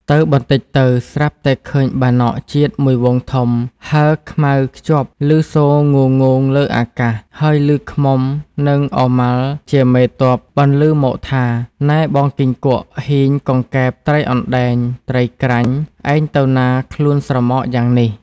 ទៅបន្តិចទៅ ស្រាប់តែឃើញបាណក ជាតិមួយហ្វូងធំ ហើរខ្មៅ ខ្ជាប់ឮសូរងូងៗលើអាកាស ហើយឮឃ្មុំនឹងឪម៉ាល់ជាម ទ័ព បន្លឺមកថា “ នែបងគីង្គក់ ហ៊ីង កង្កែប ត្រីអណ្តែង ត្រីក្រាញ់ ឯងទៅណាខ្លួនស្រមកយ៉ាងនេះ ? ” ។